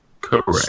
Correct